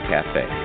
Cafe